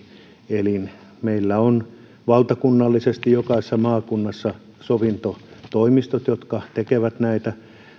sovitteluelin meillä on valtakunnallisesti jokaisessa maakunnassa sovintotoimistot jotka tekevät näitä